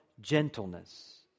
gentleness